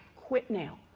quit now.